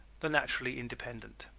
the naturally independent